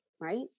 right